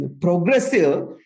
progressive